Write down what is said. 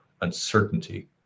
uncertainty